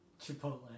Chipotle